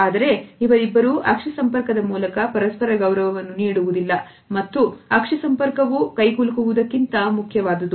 ಆದರೆ ಇವರಿಬ್ಬರೂ ಅಕ್ಷಿ ಸಂಪರ್ಕದ ಮೂಲಕ ಪರಸ್ಪರ ಗೌರವವನ್ನು ನೀಡುವುದಿಲ್ಲ ಮತ್ತು ಅಕ್ಷಿ ಸಂಪರ್ಕವೂ ಕೈಕುಲುಕುವುದಕ್ಕಿಂತ ಮುಖ್ಯವಾದುದು